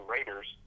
Raiders